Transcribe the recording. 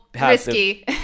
risky